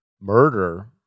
murder